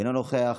אינו נוכח.